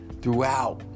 throughout